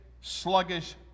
sluggish